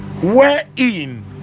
wherein